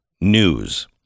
news